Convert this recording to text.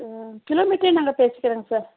kilo மீட்ரே நாங்கள் பேசிக்கிறோங்க சார்